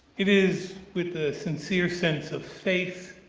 it is with a sincere sense of faith